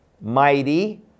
mighty